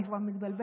אני כבר מבולבלת.